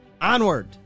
Onward